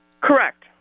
Correct